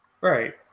Right